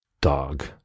Dog